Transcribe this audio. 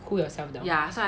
to put yourself down